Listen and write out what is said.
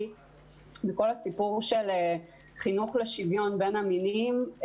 ולכל הסיפור של חינוך לשוויון בין המינים.